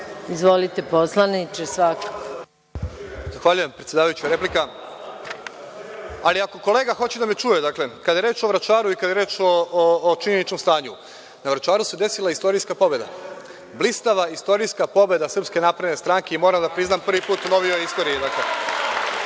**Aleksandar Marković** Zahvaljujem, predsedavajuća, replika. Ali ako kolega hoće da me čuje, dakle, kada je reč o Vračaru i kada je reč o činjeničnom stanju, na Vračaru se desila istorijska pobeda, blistava istorijska pobeda SNS i moram da priznam prvi put u novijoj istoriji.